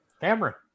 camera